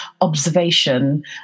observation